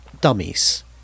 dummies